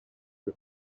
her